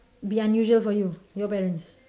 be unusual for you your parents